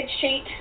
sheet